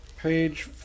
page